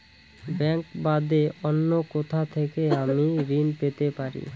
Bank বাদে অন্য কোথা থেকে আমি ঋন পেতে পারি?